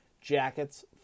Jackets